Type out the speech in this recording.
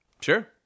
Sure